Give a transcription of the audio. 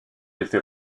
été